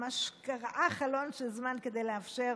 ממש קרעה חלון של זמן כדי לאפשר